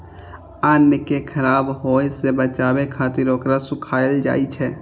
अन्न कें खराब होय सं बचाबै खातिर ओकरा सुखायल जाइ छै